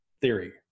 theory